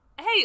Hey